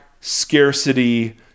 scarcity